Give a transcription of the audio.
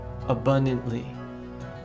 abundantly